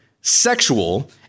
sexual